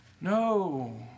No